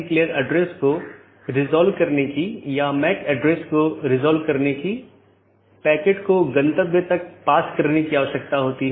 इसलिए इसमें केवल स्थानीय ट्रैफ़िक होता है कोई ट्रांज़िट ट्रैफ़िक नहीं है